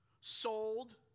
sold